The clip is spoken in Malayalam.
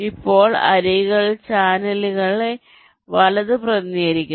ഇപ്പോൾ അരികുകൾ ചാനലുകളെ വലത് പ്രതിനിധീകരിക്കുന്നു